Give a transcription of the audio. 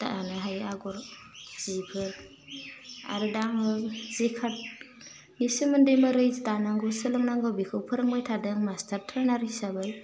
दानो हायो आगर जिबो आरो दा आङो जिखाथनि सोमोन्दै मोरै दानांगौ सोलोंनांगौ बेखौ फोरोंबाय थादों मास्टार ट्रेनार हिसाबै